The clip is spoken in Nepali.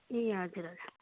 ए हजुर हजुर